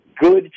good